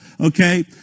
Okay